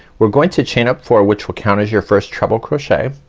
we're going to chain up four, which will count as your first treble crochet.